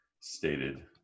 stated